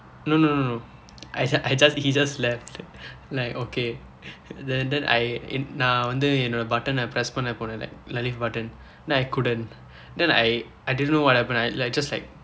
no no no I ju~ I just he just left like okay then then I i~ நான் வந்து என்னோட:naan vandthu ennooda button press பண்ண போனேன்:panna pooneen like lift button then I couldn't then I I didn't know what happen I like just like